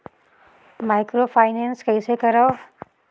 Microfinance कइसे करव?